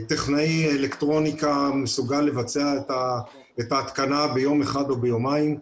טכנאי אלקטרוניקה יכול לבצע את ההתקנה ביום אחד או ביומיים.